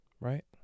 right